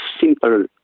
simple